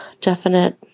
definite